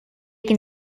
can